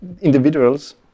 individuals